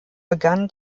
begannen